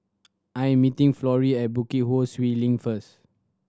I am meeting Florie at Bukit Ho Swee Link first